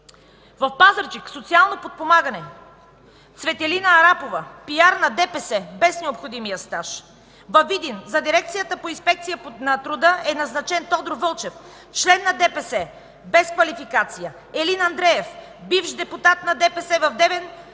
В Пазарджик – „Социално подпомагане”, Цветелина Арапова, PR на ДПС, без необходимия стаж. Във Видин в Дирекцията по инспекция на труда е назначен Тодор Вълчев – член на ДПС, без квалификация, Елин Андреев – бивш депутат на ДПС в Девин,